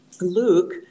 Luke